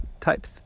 type